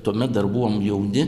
tuomet dar buvom jauni